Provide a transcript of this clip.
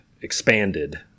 expanded